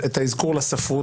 את האזכור לספרות,